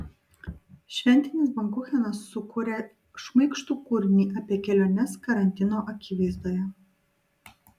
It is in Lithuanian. šventinis bankuchenas sukūrė šmaikštų kūrinį apie keliones karantino akivaizdoje